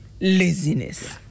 laziness